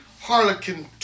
Harlequin